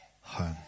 home